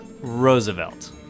Roosevelt